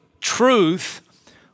truth